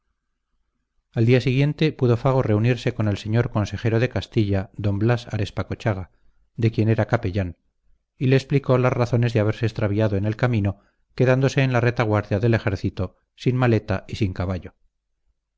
al día siguiente pudo fago reunirse con el señor consejero de castilla d blas arespacochaga de quien era capellán y le explicó las razones de haberse extraviado en el camino quedándose en la retaguardia del ejército sin maleta y sin caballo